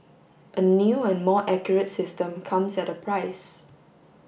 a new and more accurate system comes at a price